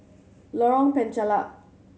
Lorong Penchalak